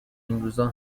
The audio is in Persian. اینروزا